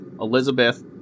Elizabeth